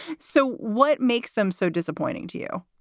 so what makes them so disappointing to you?